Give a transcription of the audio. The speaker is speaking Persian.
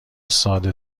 ساده